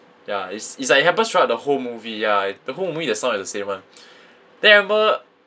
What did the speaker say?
ya is is like it happens throughout the whole movie ya the whole movie the sound is the same [one] then I remember